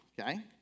okay